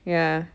ya